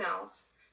else